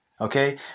Okay